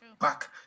back